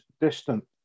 distant